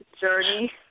journey